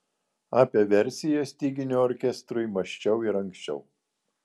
apie versiją styginių orkestrui mąsčiau ir anksčiau